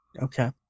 Okay